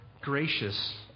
gracious